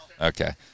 Okay